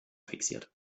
fixiert